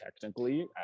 technically